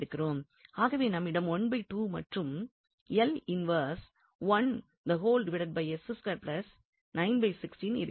ஆகவே நம்மிடம் மற்றும் இன்வெர்ஸ் இருக்கின்றது